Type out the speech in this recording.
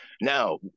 Now